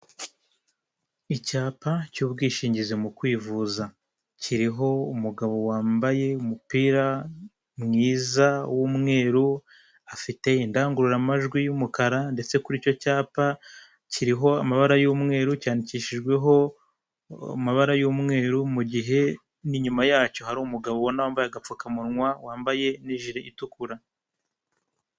Icyapa cy'ubwishingizi mu kwivuza kiriho umugabo wambaye umupira mwiza w'umweru, afite indangururamajwi y'umukara ndetse kuri icyo cyapa kiriho amabara y'umweru cyandikishijweho amabara y'umweru mugihe n'inyuma yacyo hari umugabo ubona wambaye agapfukamunwa wambaye n'ijiri itukura.